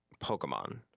Pokemon